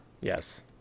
yes